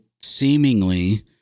seemingly